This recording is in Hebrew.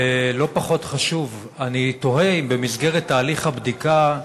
לא פחות חשוב, אני תוהה אם במסגרת תהליך הבדיקה,